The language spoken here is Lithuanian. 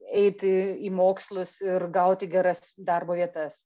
eiti į mokslus ir gauti geras darbo vietas